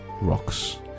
rocks